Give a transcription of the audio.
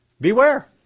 Beware